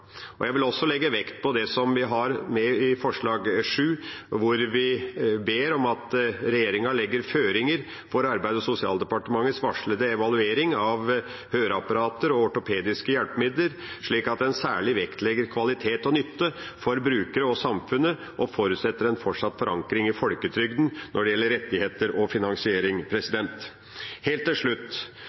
Jeg vil også legge vekt på det som vi har med i VII i innstillinga, hvor vi ber om at regjeringa legger føringer for Arbeids- og sosialdepartementets varslede evaluering av høreapparater og ortopediske hjelpemidler, slik at en særlig vektlegger kvalitet og nytte for brukere og samfunnet og forutsetter en fortsatt forankring i Folketrygden når det gjelder rettigheter og finansiering. Helt til slutt: